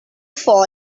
fall